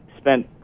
spent